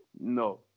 No